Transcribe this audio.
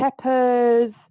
peppers